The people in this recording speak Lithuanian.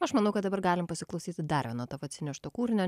aš manau kad dabar galim pasiklausyti dar vieno tavo atsinešto kūrinio